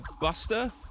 Buster